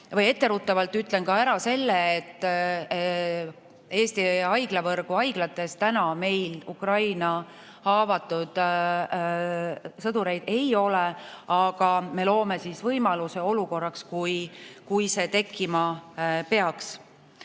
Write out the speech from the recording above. Etteruttavalt ütlen ära ka selle, et Eesti haiglavõrgu haiglates praegu meil Ukraina haavatud sõdureid ei ole, aga me loome võimaluse olukorraks, kui see tekkima peaks.